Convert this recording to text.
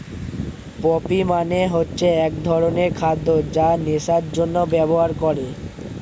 poppy মানে হচ্ছে এক ধরনের খাদ্য যা নেশার জন্যে ব্যবহার করে